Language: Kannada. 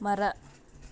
ಮರ